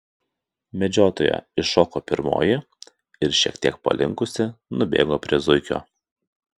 medžiotoja iššoko pirmoji ir šiek tiek palinkusi nubėgo prie zuikio